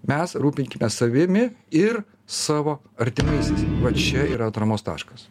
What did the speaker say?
mes rūpinkimės savimi ir savo artimaisiais va čia yra atramos taškas